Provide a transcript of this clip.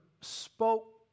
spoke